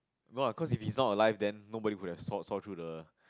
no ah cause if he's not alive then nobody could have saw saw through the